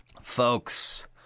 Folks